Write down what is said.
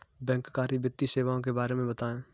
बैंककारी वित्तीय सेवाओं के बारे में बताएँ?